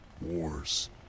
wars